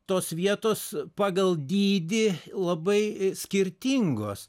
tos vietos pagal dydį labai skirtingos